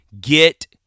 get